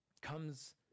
comes